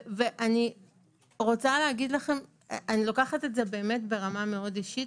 אני לוקחת את זה ברמה מאוד אישית,